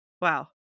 Wow